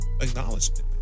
acknowledgement